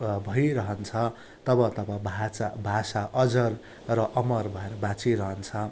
भइरहन्छ तब तब भाषा भाषा अजर र अमर भएर बाँचिरहन्छ